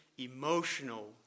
Emotional